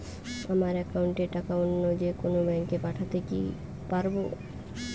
আমার একাউন্টের টাকা অন্য যেকোনো ব্যাঙ্কে পাঠাতে পারব?